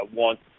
want